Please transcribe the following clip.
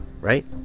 right